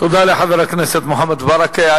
תודה לחבר הכנסת מוחמד ברכה.